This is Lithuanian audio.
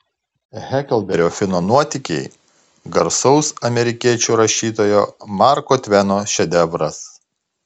heklberio fino nuotykiai garsaus amerikiečių rašytojo marko tveno šedevras